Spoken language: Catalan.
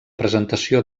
presentació